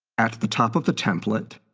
at the top of the template,